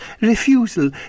refusal